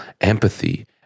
empathy